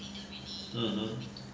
mmhmm